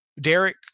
Derek